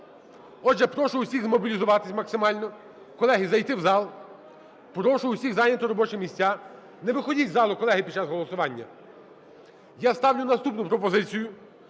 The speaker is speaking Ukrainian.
Отже, прошу усіх змобілізуватися максимально, колеги, зайти в зал, прошу усіх зайняти робочі місця. Не виходіть із залу, колеги, під час голосування. Я ставлю наступну пропозицію,